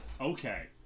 Okay